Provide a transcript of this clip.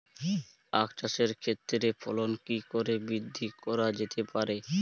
আক চাষের ক্ষেত্রে ফলন কি করে বৃদ্ধি করা যেতে পারে?